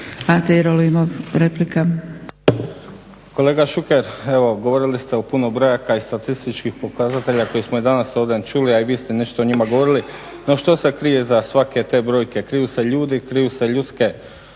Ante Jerolimov, replika.